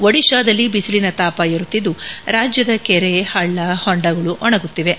ಒಡಿಶಾದಲ್ಲಿ ಬಿಸಿಲಿನ ತಾಪ ಏರುತ್ತಿದ್ದು ರಾಜ್ಯದ ಕೆರೆ ಹಳ್ಳ ಹೊಂಡಗಳು ಒಣಗುತ್ತಿವೆ